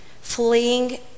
fleeing